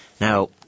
Now